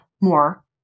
more